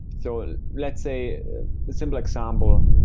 so let's say a simple example,